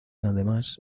además